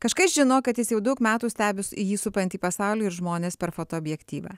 kažkas žino kad jis jau daug metų stebi jį supantį pasaulį ir žmones per fotoobjektyvą